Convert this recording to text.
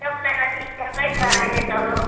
सबजना ठिकठाकै छ अहिले त